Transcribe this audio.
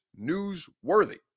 newsworthy